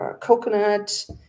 coconut